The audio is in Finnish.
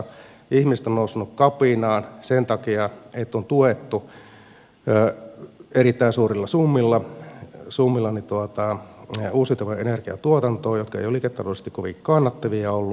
ihmiset ovat nousseet kapinaan sen takia että on tuettu erittäin suurilla summilla uusiutuvan energian tuotantoa joka ei ole liiketaloudellisesti kovin kannattavaa ollut